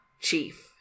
chief